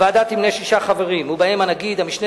הוועדה תמנה שישה חברים, והם הנגיד,